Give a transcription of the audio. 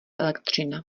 elektřina